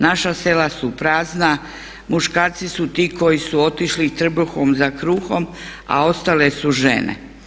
Naša sela su prazna, muškarci su ti koji su otišli trbuhom za kruhom, a ostale su žene.